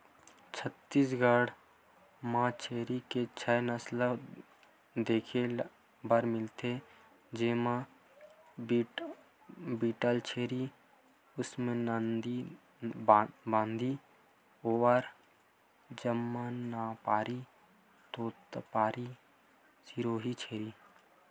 छत्तीसगढ़ म छेरी के छै नसल देखे बर मिलथे, जेमा बीटलछेरी, उस्मानाबादी, बोअर, जमनापारी, तोतपारी, सिरोही छेरी